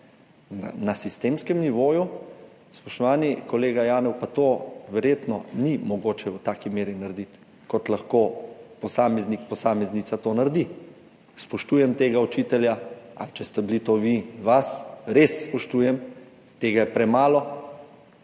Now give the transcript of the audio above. Na sistemskem nivoju, spoštovani kolega Janev, pa verjetno tega ni mogoče v taki meri narediti, kot lahko posameznik ali posameznica to naredi. Spoštujem tega učitelja, ali če ste bili to vi, vas res spoštujem, tega je premalo,